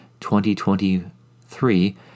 2023